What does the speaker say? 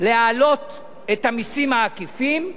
להעלות את המסים העקיפים,